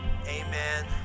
Amen